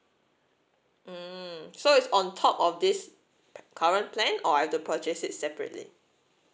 mm so is on top of this p~ current plan or I've to purchase it separately